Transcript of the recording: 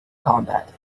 combat